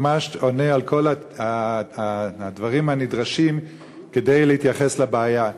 ממש עונה על כל הדברים הנדרשים כדי להתייחס לבעיה.